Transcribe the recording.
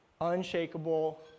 unshakable